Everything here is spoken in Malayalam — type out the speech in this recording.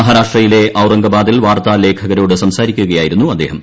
മഹാരാഷ്ട്രയിലെ ഔറംഗാബാദിൽ വാർത്താ ലേഖകരോട് സംസാരിക്കുകയായിരുന്നു അദ്ദേഹം